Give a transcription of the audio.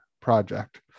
project